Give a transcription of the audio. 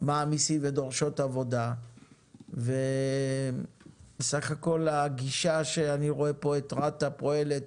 מעמיסות ודורשות עבודה וסך הכל הגישה שאני רואה פה את רת"א פועלת